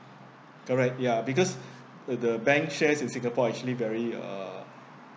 correct ya because uh the bank shares in singapore actually very uh